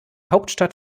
hauptstadt